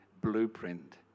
blueprint